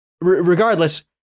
Regardless